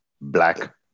black